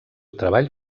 treball